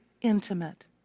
intimate